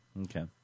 Okay